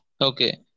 Okay